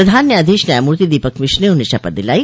प्रधान न्यायाधीश न्यायमूर्ति दीपक मिश्र ने उन्हें शपथ दिलाई